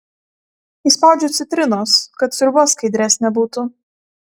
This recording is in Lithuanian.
įspaudžiu citrinos kad sriuba skaidresnė būtų